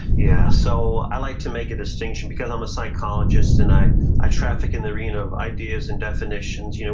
yeah, so i like to make a distinction because i'm a psychologist, and i i traffic in the arena of ideas and definitions. you know